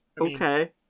Okay